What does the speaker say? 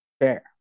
Fair